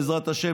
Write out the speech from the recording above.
בעזרת השם,